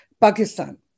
Pakistan